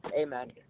Amen